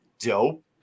dope